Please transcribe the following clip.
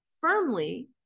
firmly